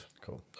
Cool